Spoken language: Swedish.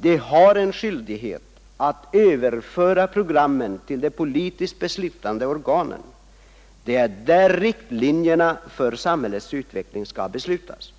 De har en skyldighet att överföra programmen till de politiskt beslutande organen. Det är där riktlinjerna för samhällets utveckling skall fastställas.